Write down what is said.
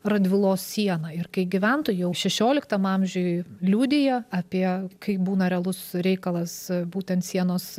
radvilos siena ir kai gyventojai jau šešioliktam amžiuj liudija apie kai būna realus reikalas būtent sienos